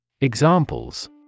Examples